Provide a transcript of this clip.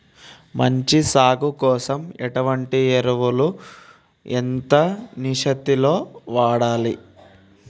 మంచి సాగు కోసం ఎటువంటి ఎరువులు ఎంత నిష్పత్తి లో వాడాలి?